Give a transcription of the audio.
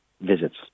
visits